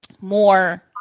more